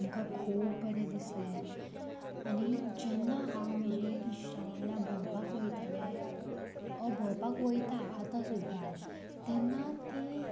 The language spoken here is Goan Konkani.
म्हाका खूब बरें दिसलें आनी जेन्ना हांव म्हजे इश्टां वांगडा भोंवपाक वयताले ओर भोंवपाक वयता आतां सुद्दां तेन्ना ती